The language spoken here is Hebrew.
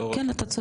כן.